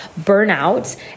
burnout